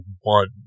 one